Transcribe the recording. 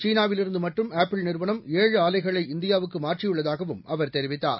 சீனாவிலிருந்து மட்டும் ஆப்பிள் நிறுவனம் ஏழு ஆலைகளை இந்தியாவுக்கு மாற்றியுள்ளதாகவும் அவர் தெரிவித்தார்